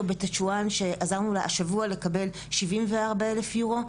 בטצ'ואן שעזרנו לה השבוע לקבל כ-74,000 אירו,